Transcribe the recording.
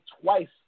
twice